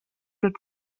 dort